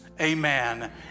Amen